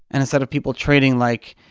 and instead of people trading, like,